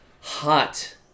hot